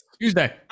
Tuesday